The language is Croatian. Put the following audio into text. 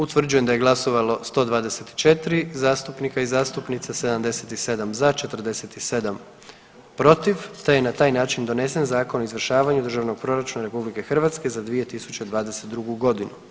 Utvrđujem da je glasovalo 124 zastupnika i zastupnice, 77 za, 47 protiv te je na taj način donesen Zakon o izvršavanju Državnog proračuna RH za 2022. godinu.